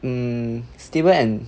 hmm stable and